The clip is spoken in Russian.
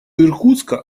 иркутска